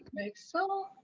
like so.